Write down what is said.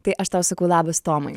tai aš tau sakau labas tomai